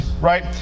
right